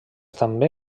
també